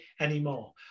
anymore